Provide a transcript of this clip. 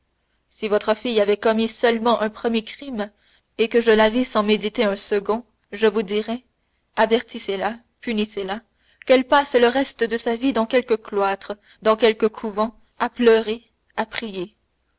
si votre fille avait commis seulement un premier crime et que je la visse en méditer un second je vous dirais avertissez la punissez la qu'elle passe le reste de sa vie dans quelque cloître dans quelque couvent à pleurer à prier